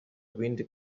wind